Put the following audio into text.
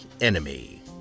enemy